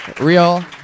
Real